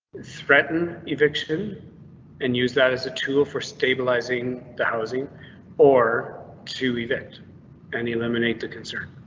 threaten, eviction and use that as a tool for stabilizing the housing or two event and eliminate the concern.